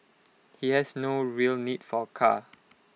he has no real need for A car